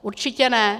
Určitě ne.